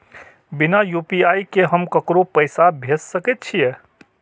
बिना यू.पी.आई के हम ककरो पैसा भेज सके छिए?